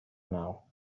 now